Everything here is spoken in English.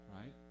right